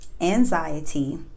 anxiety